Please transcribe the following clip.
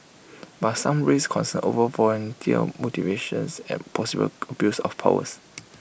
but some raised concern over volunteer motivations and possible abuse of powers